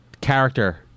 character